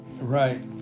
Right